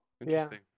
interesting